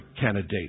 candidate